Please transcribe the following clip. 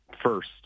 First